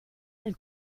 del